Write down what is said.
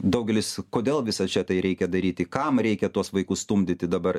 daugelis kodėl visa čia tai reikia daryti kam reikia tuos vaikus stumdyti dabar